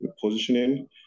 positioning